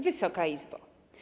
Wysoka Izbo!